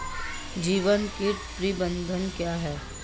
जैविक कीट प्रबंधन क्या है?